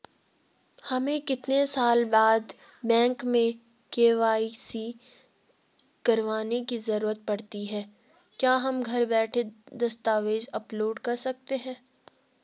हमें कितने साल बाद बैंक में के.वाई.सी करवाने की जरूरत पड़ती है क्या हम घर बैठे दस्तावेज़ अपलोड कर सकते हैं?